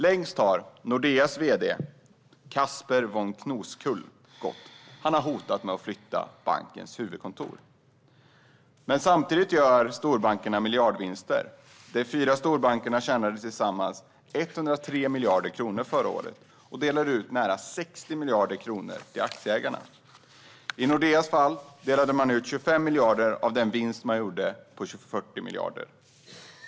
Längst har Nordeas vd Casper von Koskull gått. Han har hotat med att flytta bankens huvudkontor. Samtidigt gör storbankerna miljardvinster. De fyra storbankerna tjänade tillsammans 103 miljarder kronor förra året och delade ut nära 60 miljarder kronor till aktieägarna. I Nordeas fall delade man ut 25 miljarder av den vinst man gjorde på 40 miljarder.